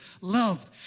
loved